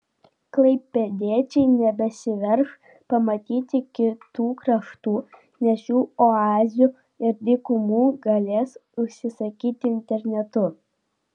klaipėdiečiai nebesiverš pamatyti kitų kraštų nes jų oazių ir dykumų galės užsisakyti internetu